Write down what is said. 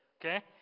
okay